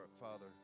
father